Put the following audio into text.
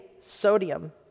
sodium